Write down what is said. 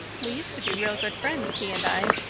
we used to be real good friends, he and i.